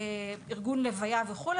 ארגון לוויה וכולי,